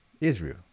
Israel